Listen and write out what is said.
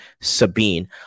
Sabine